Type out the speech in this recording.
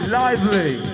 lively